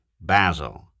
Basil